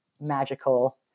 magical